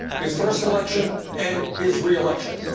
his first election and his re-election.